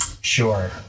Sure